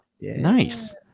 Nice